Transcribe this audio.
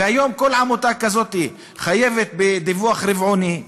והיום כל עמותה כזאת חייבת בדיווח רבעוני,